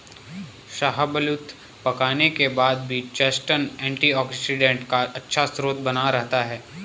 शाहबलूत पकाने के बाद भी चेस्टनट एंटीऑक्सीडेंट का अच्छा स्रोत बना रहता है